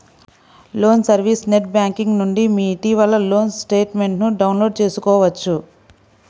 loan service net banking నుండి మీ ఇటీవలి లోన్ స్టేట్మెంట్ను డౌన్లోడ్ చేసుకోవచ్చు